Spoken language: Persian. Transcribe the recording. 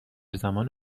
زمان